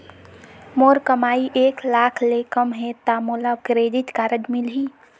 मोर कमाई एक लाख ले कम है ता मोला क्रेडिट कारड मिल ही?